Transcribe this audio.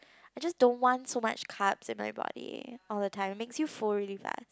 I just don't want so much carbs in my body all the time makes you full really fast